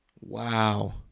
Wow